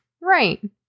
Right